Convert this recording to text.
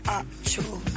actual